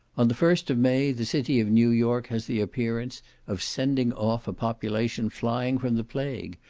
on the first of may the city of new york has the appearance of sending off a population flying from the plague,